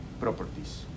properties